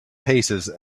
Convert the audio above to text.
paces